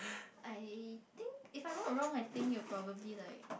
I think if I'm not wrong I think you probably like